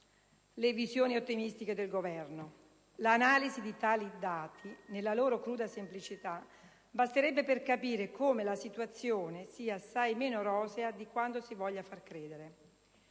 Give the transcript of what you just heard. le visioni ottimistiche del Governo. L'analisi di tali dati, nella loro cruda semplicità, basta per capire come la situazione sia assai meno rosea di quanto si voglia far credere.